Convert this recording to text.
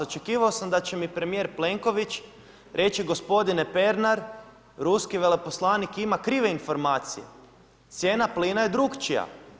Očekivao sam da će mi premijer Plenković reći gospodine Pernar, ruski veleposlanik ima krive informacije, cijena plina je drukčija.